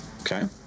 Okay